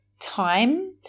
time